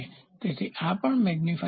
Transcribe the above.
તેથી આ પણ મેગ્નીફાયવિસ્તૃત થશે